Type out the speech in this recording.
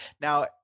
Now